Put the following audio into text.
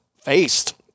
faced